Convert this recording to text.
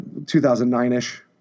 2009-ish